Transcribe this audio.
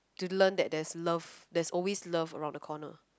to learn that there's love there's always love around the corner